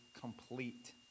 complete